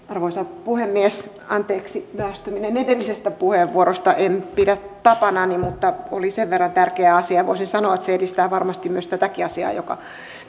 arvoisa puhemies anteeksi myöhästyminen edellisestä puheenvuorosta en pidä tapanani mutta oli sen verran tärkeä asia voisi sanoa että se edistää varmasti myös tätäkin asiaa joka